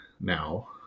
now